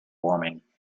warming